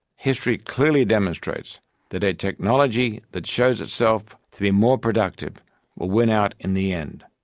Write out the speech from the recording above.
history clearly demonstrates that a technology that shows itself to be more productive will win out in the end.